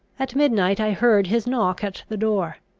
at midnight i heard his knock at the door.